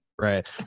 Right